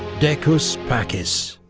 decus pacis.